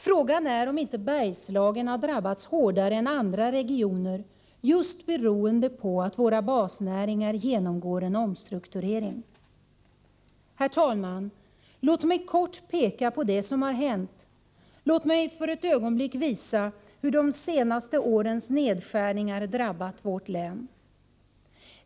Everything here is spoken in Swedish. Frågan är om inte Bergslagen drabbats hårdare än andra regioner, just beroende på att våra basnäringar genomgår en omstrukturering. Herr talman! Låt mig kort peka på det som har hänt och för ett ögonblick visa hur de senaste årens nedskärningar har drabbat vårt län.